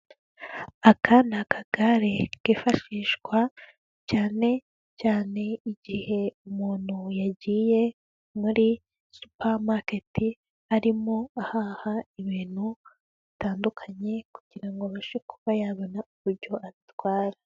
Aka ni akagare kifashishwa cyane cyane igihe umuntu yagiye muri super market arimo ahaha ibintu bitandukanye kugira ngo abashe kuba yabona uburyo atwara.